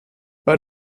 bei